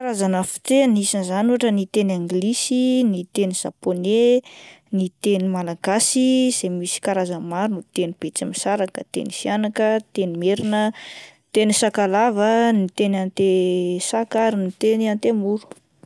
Karazana fiteny isan'izany ohatra ny teny anglisy, ny teny japoney, ny teny malagasy izay misy karazany maro teny betsimisaraka, teny sihanaka ,teny merina, ny teny sakalava, ny teny antesaka ary ny teny antemoro.